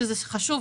שזה חשוב.